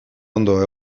ondo